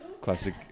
classic